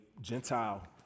Gentile